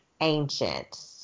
ancient